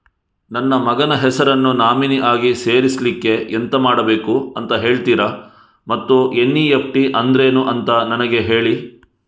ನನ್ನ ಮಗನ ಹೆಸರನ್ನು ನಾಮಿನಿ ಆಗಿ ಸೇರಿಸ್ಲಿಕ್ಕೆ ಎಂತ ಮಾಡಬೇಕು ಅಂತ ಹೇಳ್ತೀರಾ ಮತ್ತು ಎನ್.ಇ.ಎಫ್.ಟಿ ಅಂದ್ರೇನು ಅಂತ ನನಗೆ ಹೇಳಿ